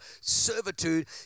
servitude